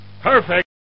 perfect